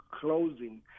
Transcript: closing